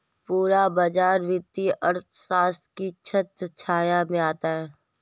पूरा बाजार वित्तीय अर्थशास्त्र की छत्रछाया में आता है